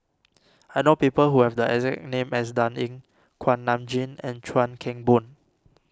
I know people who have the exact name as Dan Ying Kuak Nam Jin and Chuan Keng Boon